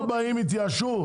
לא באים כי התייאשו.